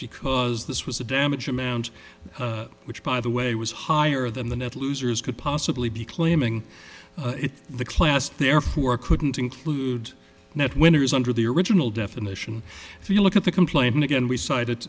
because this was a damage amount which by the way was higher than the net losers could possibly be claiming the class therefore couldn't include net winners under the original definition if you look at the complaint and again we cited